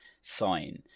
sign